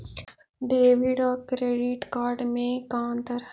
Debit और credit card में का अंतर है?